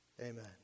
Amen